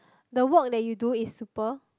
the work that you do is super